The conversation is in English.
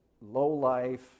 low-life